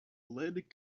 lead